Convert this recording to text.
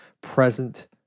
present